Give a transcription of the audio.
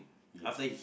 ya